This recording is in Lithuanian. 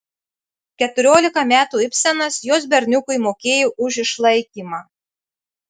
keturiolika metų ibsenas jos berniukui mokėjo už išlaikymą